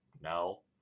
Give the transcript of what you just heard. No